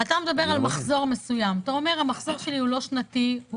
אתה אומר שהמחזור שלי לא שנתי,